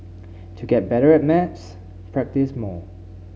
to get better at maths practise more